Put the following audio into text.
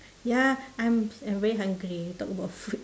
ya I'm I'm very hungry talk about food